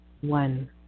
one